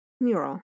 mural